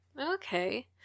Okay